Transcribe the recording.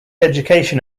education